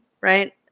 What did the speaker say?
right